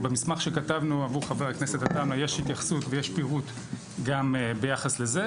במסמך שכתבנו עבור חבר הכנסת עטאונה יש התייחסות ויש פירוט גם ביחס לזה,